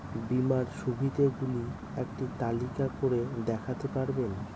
বীমার সুবিধে গুলি একটি তালিকা করে দেখাতে পারবেন?